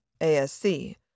ASC